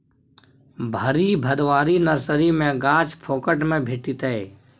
भरि भदवारी नर्सरी मे गाछ फोकट मे भेटितै